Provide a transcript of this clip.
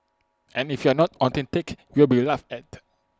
and if you are not authentic you will be laughed at